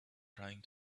trying